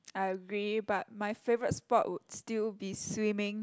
I agree but my favorite sport would still be swimming